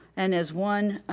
and as one,